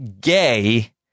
gay